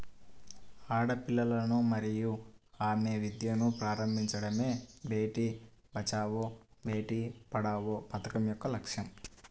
ఆడపిల్లలను మరియు ఆమె విద్యను ప్రారంభించడమే బేటీ బచావో బేటి పడావో పథకం యొక్క లక్ష్యం